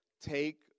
Take